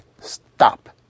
stop